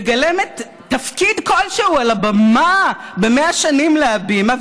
מגלמת תפקיד כלשהו על הבמה ב-100 שנים להבימה,